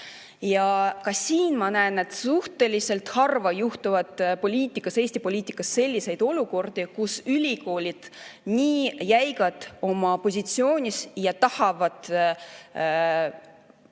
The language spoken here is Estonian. Ka siin ma näen, et suhteliselt harva tekivad Eesti poliitikas sellised olukorrad, kus ülikoolid on nii jäigad oma positsioonis ja tahavad